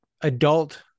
adult